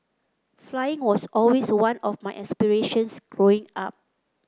flying was always one of my aspirations Growing Up